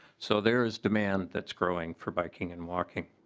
so there is demand that is going for biking and walking.